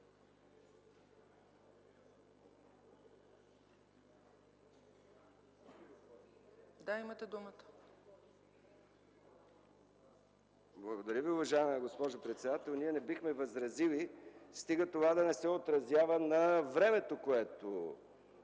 МИКОВ (КБ): Благодаря Ви, уважаема госпожо председател. Ние не бихме възразили, стига това да не се отрази на времето, което